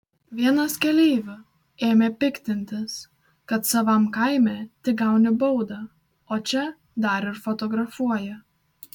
vienas keleivių ėmė piktintis kad savam kaime tik gauni baudą o čia dar ir fotografuoja